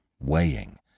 weighing